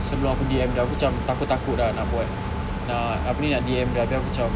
sebelum aku D_M dia aku cam takut-takut ah nak buat nak apa ni nak D_M dia abeh aku cam